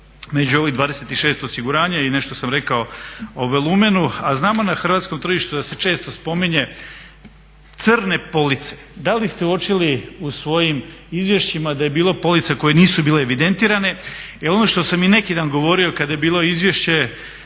među ovih 26 osiguranja i nešto što sam rekao o volumenu, a znamo na hrvatskom tržištu da se često spominje crne police. Da li ste uočili u svojim izvješćima da je bilo polica koje nisu bile evidentirane? Jer ono što sam i neki dan govorio kada je bilo izvješće